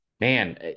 Man